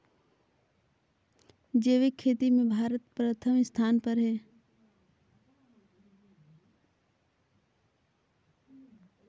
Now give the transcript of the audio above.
जैविक खेती म भारत प्रथम स्थान पर हे